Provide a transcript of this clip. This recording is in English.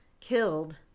killed